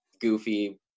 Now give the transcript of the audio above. goofy